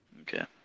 Okay